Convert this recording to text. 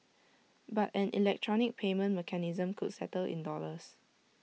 but an electronic payment mechanism could settle in dollars